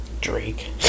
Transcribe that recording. Drake